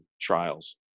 Trials